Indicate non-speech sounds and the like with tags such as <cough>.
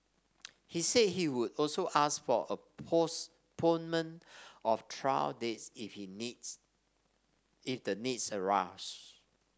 <noise> he said he would also ask for a postponement of trial dates if the need if the needs arose